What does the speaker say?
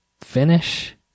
finish